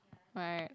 right